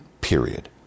Period